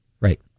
Right